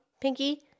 Pinky